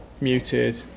muted